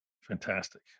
Fantastic